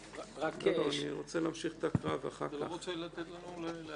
אתה לא רוצה לתת לנו להעיר?